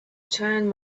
turn